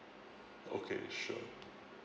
okay sure